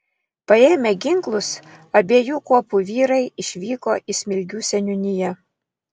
paėmę ginklus abiejų kuopų vyrai išvyko į smilgių seniūniją